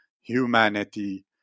humanity